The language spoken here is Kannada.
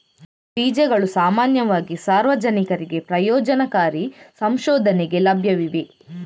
ಬೀಜಗಳು ಸಾಮಾನ್ಯವಾಗಿ ಸಾರ್ವಜನಿಕರಿಗೆ ಪ್ರಯೋಜನಕಾರಿ ಸಂಶೋಧನೆಗೆ ಲಭ್ಯವಿವೆ